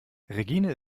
regine